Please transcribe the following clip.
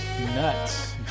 nuts